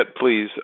please